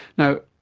now,